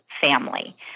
family